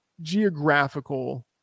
geographical